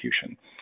execution